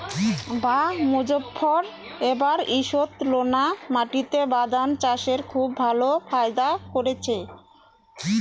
বাঃ মোজফ্ফর এবার ঈষৎলোনা মাটিতে বাদাম চাষে খুব ভালো ফায়দা করেছে